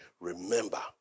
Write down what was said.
remember